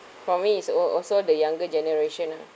for me it's al~ also the younger generation ah